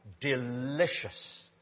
delicious